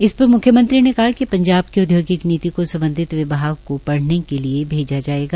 इस अवसर पर म्ख्यमंत्री ने कहा कि पंजाब की औद्योगिक नीति को सम्बधित विभाग को पढ़ने के लिए भेजा जायेगा